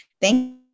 Thank